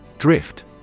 Drift